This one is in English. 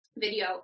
video